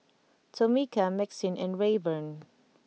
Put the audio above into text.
Tomika Maxine and Rayburn